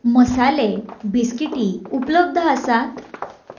मसाले बिस्कीटी उपलब्ध आसात